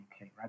right